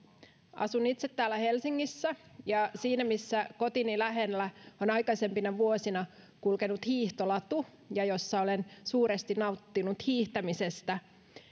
asun itse täällä helsingissä ja siinä missä kotini lähellä on aikaisempina vuosina kulkenut hiihtolatu ja ja jossa olen suuresti nauttinut hiihtämisestä